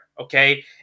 okay